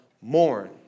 mourn